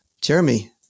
Jeremy